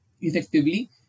Effectively